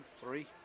three